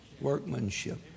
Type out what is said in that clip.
workmanship